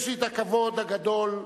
יש לי הכבוד הגדול,